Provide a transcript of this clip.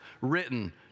written